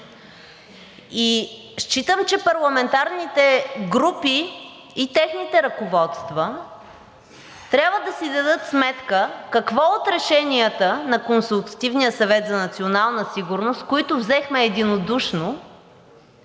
Считам, че парламентарни групи и техните ръководства трябва да си дадат сметка какво от решенията на Консултативния съвет за национална сигурност, които взехме единодушно,